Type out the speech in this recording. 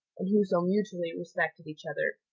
and who so mutually respected each other.